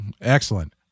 Excellent